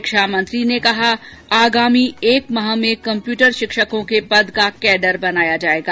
शिक्षा मंत्री ने कहा आगामी एक माह में कम्प्यूटर शिक्षकों के पद का कैडर बनाया जाएगा